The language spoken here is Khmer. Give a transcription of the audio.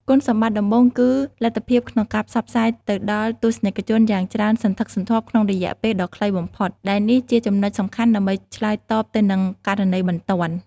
គុណសម្បត្តិដំបូងគឺលទ្ធភាពក្នុងការផ្សព្វផ្សាយទៅដល់ទស្សនិកជនយ៉ាងច្រើនសន្ធឹកសន្ធាប់ក្នុងរយៈពេលដ៏ខ្លីបំផុត ដែលនេះជាចំណុចសំខាន់ដើម្បីឆ្លើយតបទៅនឹងករណីបន្ទាន់។